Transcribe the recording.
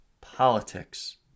politics